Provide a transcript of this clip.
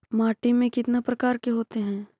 माटी में कितना प्रकार के होते हैं?